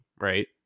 right